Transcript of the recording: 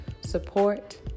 support